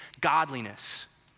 godliness